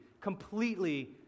completely